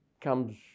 comes